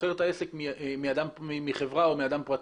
ששוכר את העסק מחברה או מאדם פרטי.